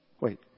wait